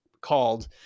called